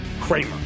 Kramer